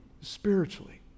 spiritually